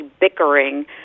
bickering